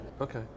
okay